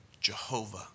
Jehovah